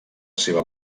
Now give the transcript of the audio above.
seva